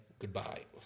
Goodbye